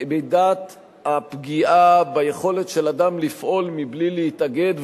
מידת הפגיעה ביכולת של אדם לפעול בלי להתאגד,